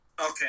Okay